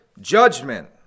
judgment